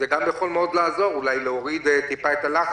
זה גם יכול לעזור מאוד, אולי קצת להוריד את הלחץ,